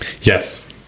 Yes